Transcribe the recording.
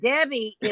Debbie